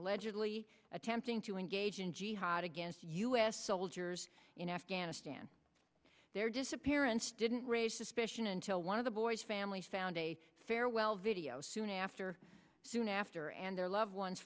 allegedly attempting to engage in jihad again u s soldiers in afghanistan their disappearance didn't raise suspicion until one of the boy's family found a farewell video soon after soon after and their loved ones